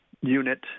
unit